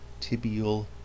tibial